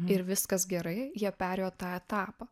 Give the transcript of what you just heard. ir viskas gerai jie perėjo tą etapą